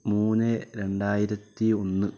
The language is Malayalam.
മൂന്ന് രണ്ടായിരത്തി ഒന്ന്